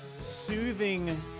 soothing